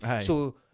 So-